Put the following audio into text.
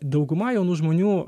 dauguma jaunų žmonių